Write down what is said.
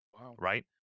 Right